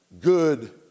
good